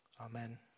Amen